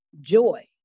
Joy